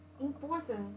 important